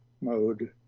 mode